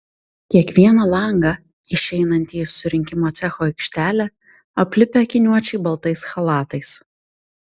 kiekvieną langą išeinantį į surinkimo cecho aikštelę aplipę akiniuočiai baltais chalatais